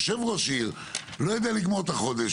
יושב ראש עיר לא יודע לגמור את החודש,